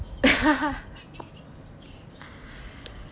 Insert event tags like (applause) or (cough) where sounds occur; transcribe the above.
(laughs)